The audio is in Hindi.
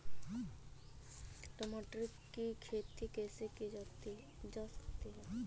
टमाटर की खेती कैसे की जा सकती है?